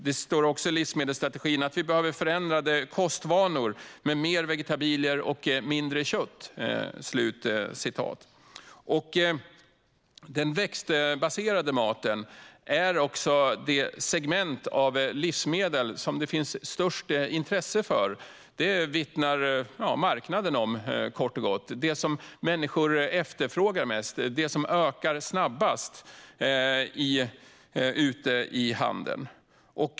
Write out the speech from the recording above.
Det står också att vi behöver förändrade kostvanor med mer vegetabilier och mindre kött. Den växtbaserade maten är det livsmedelssegment som det finns störst intresse för. Det vittnar marknaden om, kort och gott. Det är detta människor efterfrågar mest, och det är detta som ökar snabbast ute i handeln.